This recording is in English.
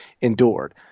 endured